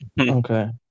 Okay